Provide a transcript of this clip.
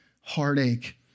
heartache